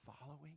following